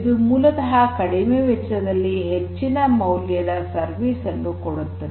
ಇದು ಮೂಲತಃ ಕಡಿಮೆ ವೆಚ್ಚದಲ್ಲಿ ಹೆಚ್ಚಿನ ಮೌಲ್ಯದ ಸರ್ವಿಸ್ ಅನ್ನು ಕೊಡುತ್ತದೆ